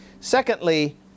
Secondly